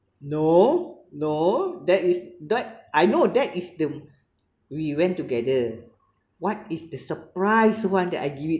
no no that is that I know that is the we went together what is the surprise one that I give it